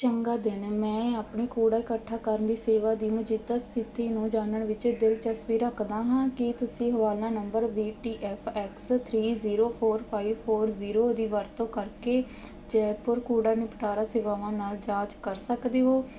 ਚੰਗਾ ਦਿਨ ਮੈਂ ਆਪਣੀ ਕੂੜਾ ਇਕੱਠਾ ਕਰਨ ਦੀ ਸੇਵਾ ਦੀ ਮੌਜੂਦਾ ਸਥਿਤੀ ਨੂੰ ਜਾਣਨ ਵਿੱਚ ਦਿਲਚਸਪੀ ਰੱਖਦਾ ਹਾਂ ਕੀ ਤੁਸੀਂ ਹਵਾਲਾ number V T F X three zero four five four zero ਦੀ ਵਰਤੋਂ ਕਰਕੇ ਜੈਪੁਰ ਕੂੜਾ ਨਿਪਟਾਰਾ ਸੇਵਾਵਾਂ ਨਾਲ ਜਾਂਚ ਕਰ ਸਕਦੇ ਹੋ